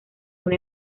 una